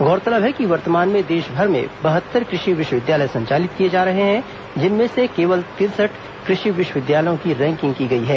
गौरतलब है कि वर्तमान में देशभर में बहत्तर कृषि विश्वविद्यालय संचालित किए जा रहे हैं जिनमें से केवल तिरसठ कृषि विश्वविद्यालयों की रैंकिंग की गई है